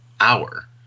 hour